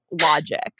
logic